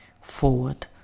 forward